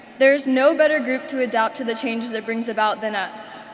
there is no better group to adapt to the changes it brings about than us.